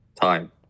time